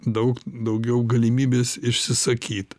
daug daugiau galimybės išsisakyt